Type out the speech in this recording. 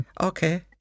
Okay